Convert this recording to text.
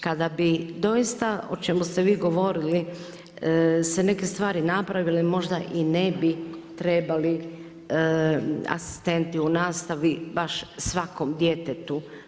Kada bi doista o čemu ste vi govorili se neke stvari napravile možda i ne bi trebali asistenti u nastavi baš svakom djetetu.